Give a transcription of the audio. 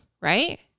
right